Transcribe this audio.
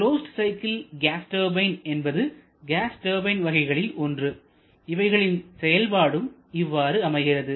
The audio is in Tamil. க்லோஸ்ட் சைக்கிள் கேஸ் டர்பைன் என்பது கேஸ் டர்பைன் வகைகளில் ஒன்று இவைகளின் செயல்பாடும் இவ்வாறு அமைகிறது